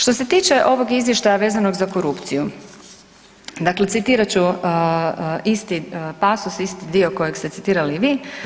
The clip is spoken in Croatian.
Što se tiče ovog izvještaja vezanog za korupciju, dakle citirat ću isti pasos, isti dio kojeg ste citirali i vi.